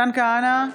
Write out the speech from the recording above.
מתן כהנא,